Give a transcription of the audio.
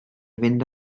fynd